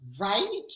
Right